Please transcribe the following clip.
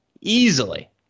easily